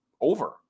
over